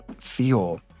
feel